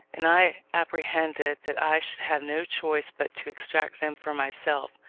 and i apprehended that i should have no choice but to extract them for myself,